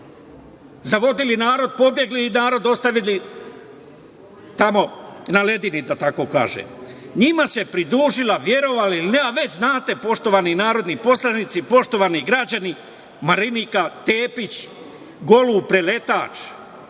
zavodili narod, pobegli i narod ostavili tamo na ledini, da tako kažem. Njima se pridružila, verovali ili ne, a već znate, poštovani narodni poslanici, poštovani građani, Marinika Tepić, golub preletač.